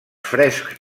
frescs